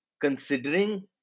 Considering